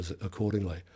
accordingly